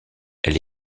elle